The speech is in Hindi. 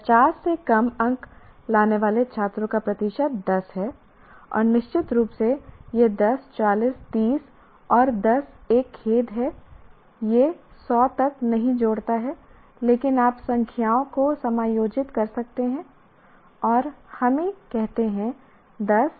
50 से कम अंक लाने वाले छात्रों का प्रतिशत 10 है और निश्चित रूप से यह 10 40 30 और 10 एक खेद है यह 100 तक नहीं जोड़ता है लेकिन आप संख्याओं को समायोजित कर सकते हैं और हमें कहते हैं 10 40 40 और 10